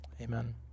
Amen